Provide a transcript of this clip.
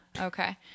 okay